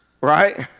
right